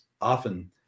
often